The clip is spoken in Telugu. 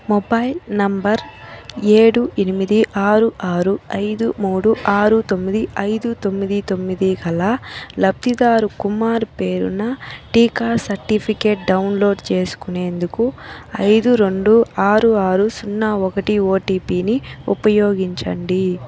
మొబైల్ నంబర్ ఏడు ఎనిమిది ఆరు ఆరు ఐదు మూడు ఆరు తొమ్మిది ఐదు తొమ్మిది తొమ్మిది గల లబ్ధిదారు కుమార్ పేరున టీకా సర్టిఫికేట్ డౌన్లోడ్ చేసుకునేందుకు ఐదు రెండు ఆరు ఆరు సున్నా ఒకటి ఓటీపీని ఉపయోగించండి